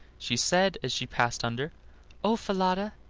she said as she passed under oh! falada,